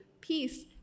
peace